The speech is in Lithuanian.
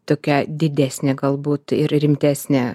tokia didesnė galbūt ir rimtesne